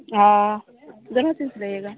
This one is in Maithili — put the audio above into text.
हाँ सिलाइएगा